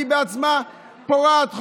והיא בעצמה פורעת חוק.